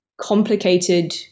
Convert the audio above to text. complicated